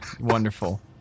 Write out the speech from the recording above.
Wonderful